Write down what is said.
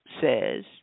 says